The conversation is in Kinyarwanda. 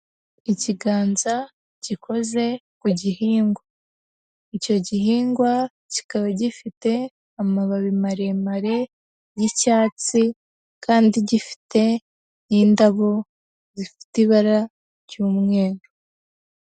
Ikiganza gikoze ku gihingwa, icyo gihingwa kikaba gifite amababi maremare y’icyatsi, kandi gifite indabo zifite ibara ry’umweru.